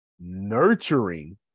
nurturing